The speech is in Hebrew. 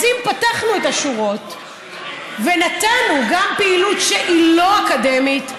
אז אם פתחנו את השורות ונתנו גם לפעילות שהיא לא אקדמית,